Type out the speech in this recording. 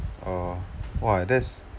oh !wah! that's